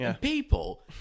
people